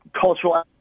cultural